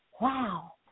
Wow